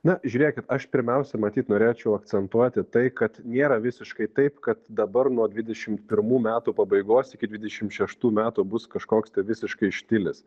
na žiūrėkit aš pirmiausia matyt norėčiau akcentuoti tai kad nėra visiškai taip kad dabar nuo dvidešim pirmų metų pabaigos iki dvidešim šeštų metų bus kažkoks tai visiškai štilis